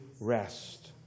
rest